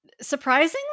Surprisingly